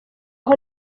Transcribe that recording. aho